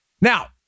Now